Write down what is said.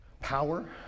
power